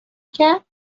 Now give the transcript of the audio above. کرد